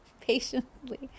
patiently